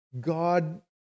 God